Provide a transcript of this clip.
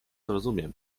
rozumiem